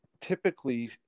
typically